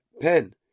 pen